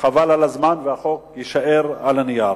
חבל על הזמן, החוק יישאר על הנייר.